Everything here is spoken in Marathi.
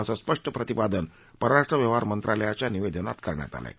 असं स्पष्ट प्रतिपादन परराष्ट्र व्यवहार मंत्रालयाच्या निवेदनात करण्यात आलंय